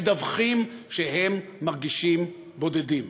מדווחים שהם מרגישים בודדים.